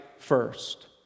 First